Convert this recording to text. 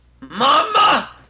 mama